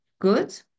good